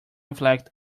reflect